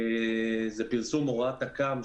פרסום הוראת תכ"ם,